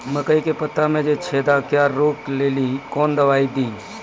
मकई के पता मे जे छेदा क्या रोक ले ली कौन दवाई दी?